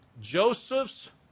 Joseph's